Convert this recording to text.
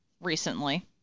recently